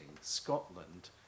Scotland